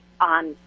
on